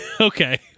Okay